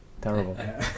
Terrible